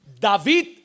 David